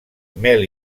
mel